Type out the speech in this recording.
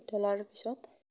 উতলাৰ পিছত